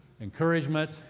encouragement